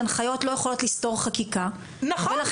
הנחיות לא יכולות לסתור חקיקה ולכן